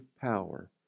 power